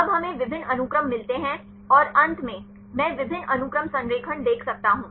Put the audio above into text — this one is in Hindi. अब हमें विभिन्न अनुक्रम मिलते हैं और अंत में मैं विभिन्न अनुक्रम संरेखण देख सकता हूं